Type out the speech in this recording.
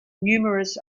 numerous